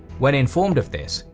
when informed of this,